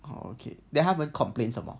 oh okay then 他们 complain 什么